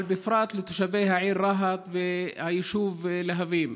אבל בפרט לתושבי העיר רהט והיישוב להבים.